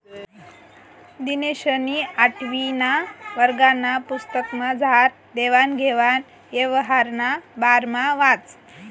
दिनेशनी आठवीना वर्गना पुस्तकमझार देवान घेवान यवहारना बारामा वाचं